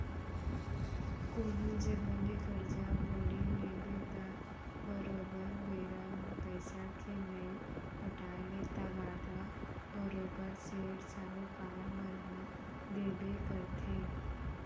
कोनो जघा ले करजा बोड़ी लेबे त बरोबर बेरा म पइसा के नइ पटाय ले तगादा बरोबर सेठ, साहूकार मन ह देबे करथे